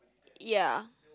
ya